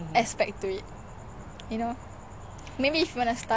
no